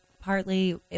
partly